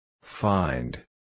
Find